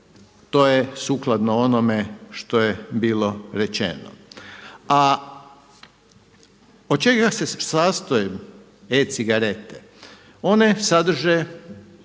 to je sukladno onome što je bilo rečeno. A od čega se sastoje e-cigarete? Jedne sadrže